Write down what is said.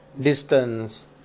distance